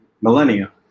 millennia